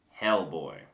Hellboy